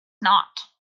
not